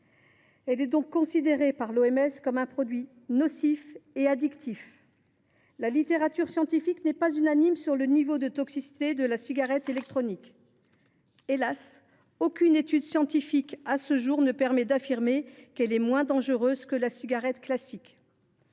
mondiale de la santé (OMS) comme un produit nocif et addictif. Cependant, la littérature scientifique n’est pas unanime sur le niveau de toxicité de la cigarette électronique. Hélas, aucune étude scientifique ne permet, à ce jour, d’affirmer qu’elle est moins dangereuse que la cigarette classique.